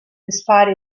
despite